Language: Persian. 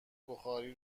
بخاری